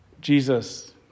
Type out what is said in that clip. Jesus